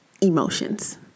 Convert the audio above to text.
Emotions